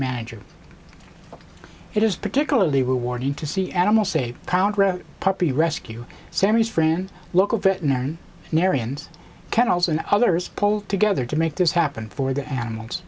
manager it is particularly rewarding to see animals a pound puppy rescue series friend local veterinarian marion's kennels and others pull together to make this happen for the animals